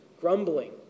grumbling